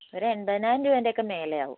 ഒരു എൺപതിനായിരം രൂപേൻ്റെ ഒക്കെ മേലെയാവും